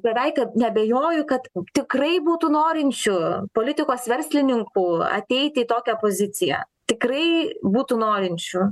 beveik neabejoju kad tikrai būtų norinčių politikos verslininkų ateiti į tokią poziciją tikrai būtų norinčių